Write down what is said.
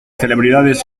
celebridades